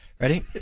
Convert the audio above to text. Ready